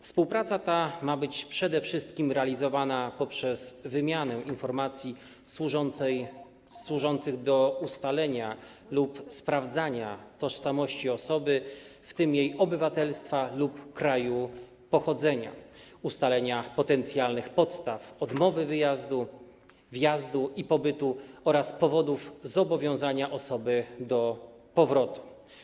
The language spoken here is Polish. Współpraca ta ma być realizowana przede wszystkim poprzez wymianę informacji służących do ustalenia lub sprawdzenia tożsamości osoby, w tym jej obywatelstwa lub kraju pochodzenia, i ustalenia potencjalnych podstaw odmowy wyjazdu, wjazdu i pobytu oraz powodów zobowiązania osoby do powrotu.